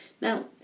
Now